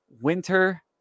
winter